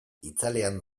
itzalean